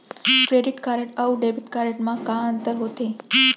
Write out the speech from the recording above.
Credit card अऊ debit card मा का अंतर होथे?